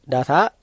Data